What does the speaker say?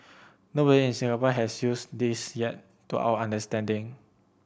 nobody in Singapore has used this yet to our understanding